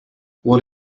what